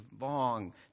long